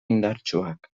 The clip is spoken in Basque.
indartsuak